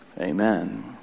Amen